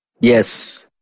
Yes